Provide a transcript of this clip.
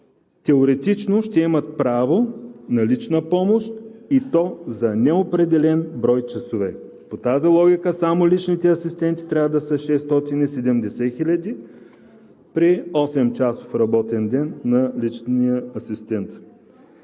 теоретично ще имат право на лична помощ, и то за неопределен брой часове. По тази логика само личните асистенти трябва да са 670 000 при 8-часов работен ден на личния асистент.